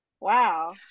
Wow